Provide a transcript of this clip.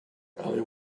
ellie